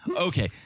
Okay